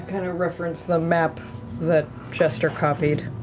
and ah reference the map that jester copied.